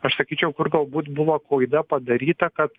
aš sakyčiau kur galbūt buvo klaida padaryta kad